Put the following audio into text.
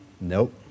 Nope